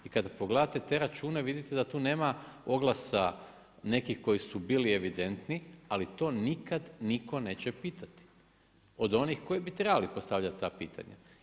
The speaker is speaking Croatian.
I kada pogledate te račune vidite da tu nema oglasa nekih koji su bili evidentni, ali to nikad nitko neće pitati od onih koji bi trebali postavljati ta pitanja.